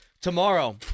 Tomorrow